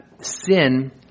sin